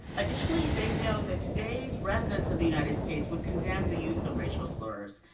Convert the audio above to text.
additionally, they know that today's resident of the united states would condemn the use of racial slurs,